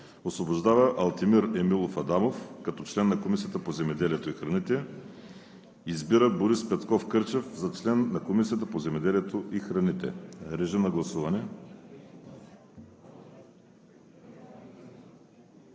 Освобождава Алтимир Емилов Адамов като член на Комисията по земеделието и храните. 2. Избира Борис Петков Кърчев за член на Комисията по земеделието и храните.“ Моля, режим на гласуване.